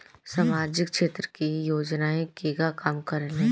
सामाजिक क्षेत्र की योजनाएं केगा काम करेले?